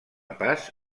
pas